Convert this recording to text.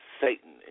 Satan